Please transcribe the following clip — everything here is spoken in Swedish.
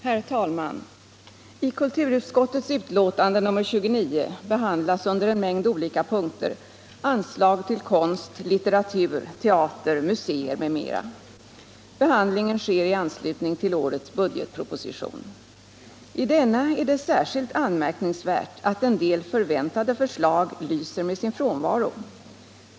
Herr talman! I kulturutskottets betänkande nr 29 behandlas under en mängd olika punkter anslag till konst, litteratur, teater, museer m.m. Behandlingen sker i anslutning till årets budgetproposition. I denna är det särskilt anmärkningsvärt att en del förväntade förslag lyser med sin frånvaro.